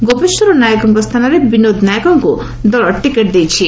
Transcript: ଗୋପେଶ୍ୱର ନାଏକଙ୍କ ସ୍ତାନରେ ବିନୋଦ ନାଏକଙ୍କୁ ଦଳ ଟିକେଟ ଦେଇଛି